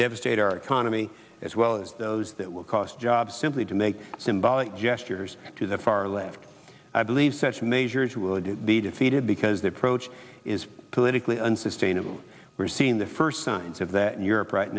devastate our economy as well as those that will cost jobs simply to make symbolic gestures to the far left i believe such measures will do the defeated because the approach is politically unsustainable we're seeing the first signs of that in europe right